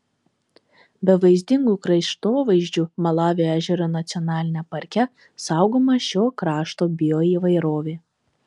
be vaizdingų kraštovaizdžių malavio ežero nacionaliniame parke saugoma šio krašto bioįvairovė